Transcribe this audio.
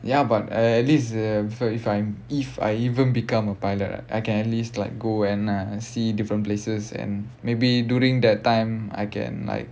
ya but at at least uh for if I'm if I even become a pilot I can at least like go uh and see different places and maybe during that time I can like